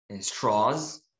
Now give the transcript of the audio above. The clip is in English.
straws